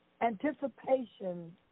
Anticipation